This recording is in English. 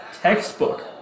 textbook